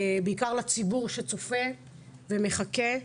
בעיקר לציבור שצופה ומחכה.